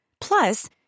Plus